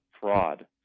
fraud